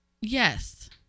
Yes